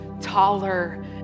taller